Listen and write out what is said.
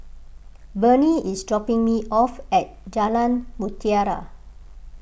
Bernie is dropping me off at Jalan Mutiara